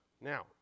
Now